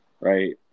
right